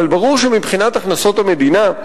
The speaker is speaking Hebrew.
אבל ברור שמבחינת הכנסות המדינה,